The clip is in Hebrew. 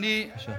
אין